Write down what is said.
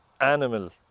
animal